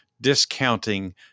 discounting